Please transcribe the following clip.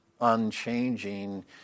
unchanging